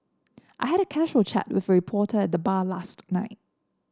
I had a casual chat with a reporter at the bar last night